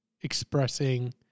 expressing